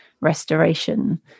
restoration